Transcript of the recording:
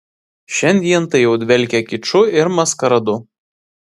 šiandien tai jau dvelkia kiču ir maskaradu